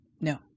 No